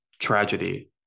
tragedy